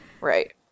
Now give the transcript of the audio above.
Right